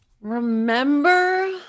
Remember